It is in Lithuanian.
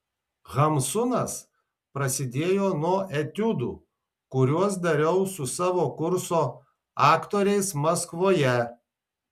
hamsunas prasidėjo nuo etiudų kuriuos dariau su savo kurso aktoriais maskvoje